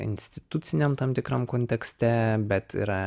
instituciniam tam tikram kontekste bet yra